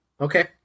Okay